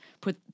put